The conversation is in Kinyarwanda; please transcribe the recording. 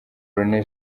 rené